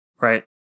Right